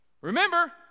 Remember